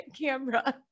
camera